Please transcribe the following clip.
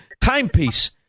timepiece